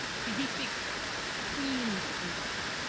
so he speaks queen's english,